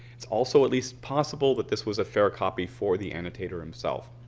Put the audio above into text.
it's also at least possible that this was a fair copy for the annotator himself.